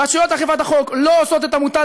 רשויות אכיפת החוק לא עושות את המוטל